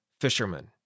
fisherman